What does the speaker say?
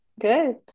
Good